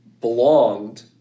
belonged